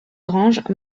granges